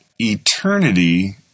Eternity